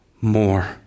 more